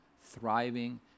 thriving